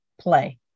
play